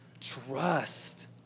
trust